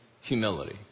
humility